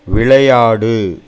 விளையாடு